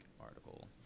article